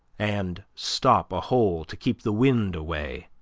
and stop a hole to keep the wind away,